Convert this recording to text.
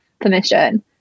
permission